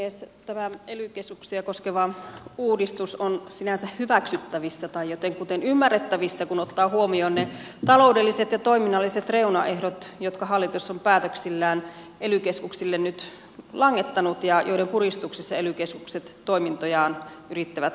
tämä ely keskuksia koskeva uudistus on sinänsä hyväksyttävissä tai jotenkuten ymmärrettävissä kun ottaa huomioon ne taloudelliset ja toiminnalliset reunaehdot jotka hallitus on päätöksillään ely keskuksille nyt langettanut ja joiden puristuksissa ely keskukset toimintojaan yrittävät tehostaa